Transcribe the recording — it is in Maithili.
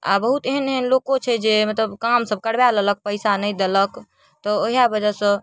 आओर बहुत एहन एहन लोको छै जे मतलब काम सब करवा लेलक पैसा नहि देलक तऽ वएह वजहसँ